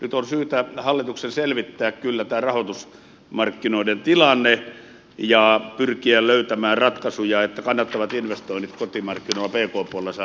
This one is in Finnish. nyt on syytä hallituksen selvittää kyllä tämä rahoitusmarkkinoiden tilanne ja pyrkiä löytämään ratkaisuja että kannattavat investoinnit kotimarkkinoilla pk puolella saadaan hoidettua